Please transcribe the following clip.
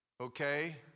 Okay